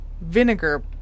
vinegar